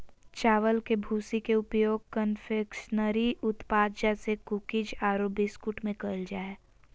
चावल के भूसी के उपयोग कन्फेक्शनरी उत्पाद जैसे कुकीज आरो बिस्कुट में कइल जा है